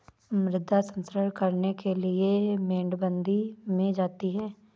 मृदा संरक्षण करने के लिए मेड़बंदी की जाती है